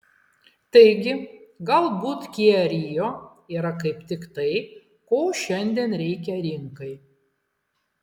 taigi galbūt kia rio yra kaip tik tai ko šiandien reikia rinkai